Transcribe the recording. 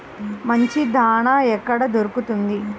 మంచి దాణా ఎక్కడ దొరుకుతుంది?